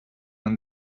when